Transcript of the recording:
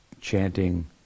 chanting